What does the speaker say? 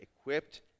equipped